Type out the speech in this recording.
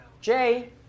Jay